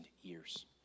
years